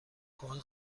کمک